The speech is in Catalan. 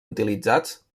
utilitzats